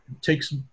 takes